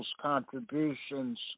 contributions